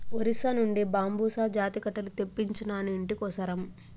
ఒరిస్సా నుంచి బాంబుసా జాతి కట్టెలు తెప్పించినాను, ఇంటి కోసరం